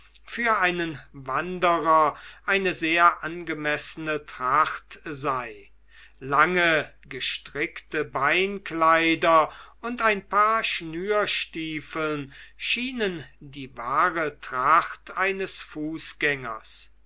für einen wanderer eine sehr angemessene tracht sei lange gestrickte beinkleider und ein paar schnürstiefeln schienen die wahre tracht eines fußgängers